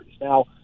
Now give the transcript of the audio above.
now